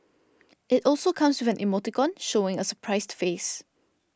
it also comes with an emoticon showing a surprised face